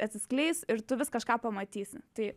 atsiskleis ir tu vis kažką pamatysi tai